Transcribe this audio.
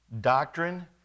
doctrine